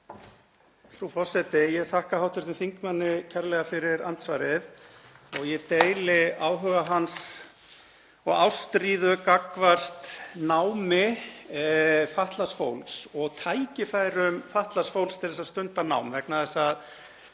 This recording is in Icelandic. Frú forseti. Ég þakka hv. þingmanni kærlega fyrir andsvarið. Ég deili áhuga hans og ástríðu gagnvart námi fatlaðs fólks og tækifærum fatlaðs fólks til að stunda nám vegna þess að